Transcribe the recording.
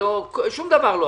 שום דבר.